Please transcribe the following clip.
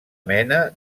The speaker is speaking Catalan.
mena